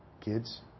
kids